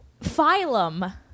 phylum